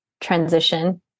transition